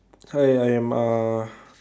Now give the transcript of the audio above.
hi I am uh